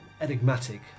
enigmatic